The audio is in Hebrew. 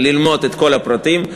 ללמוד את כל הפרטים.